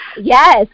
Yes